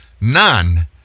none